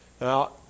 Now